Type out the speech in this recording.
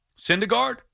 Syndergaard